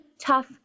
tough